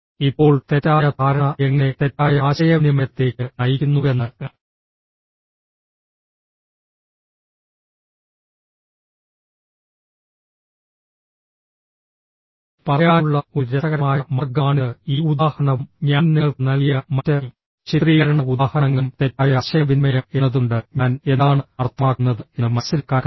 ഇപ്പോൾ തെറ്റായ ധാരണ എങ്ങനെ തെറ്റായ ആശയവിനിമയത്തിലേക്ക് നയിക്കുന്നുവെന്ന് പറയാനുള്ള ഒരു രസകരമായ മാർഗമാണിത് ഈ ഉദാഹരണവും ഞാൻ നിങ്ങൾക്ക് നൽകിയ മറ്റ് ചിത്രീകരണ ഉദാഹരണങ്ങളും തെറ്റായ ആശയവിനിമയം എന്നതുകൊണ്ട് ഞാൻ എന്താണ് അർത്ഥമാക്കുന്നത് എന്ന് മനസ്സിലാക്കാൻ കഴിയും